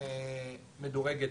בהדרגה.